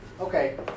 okay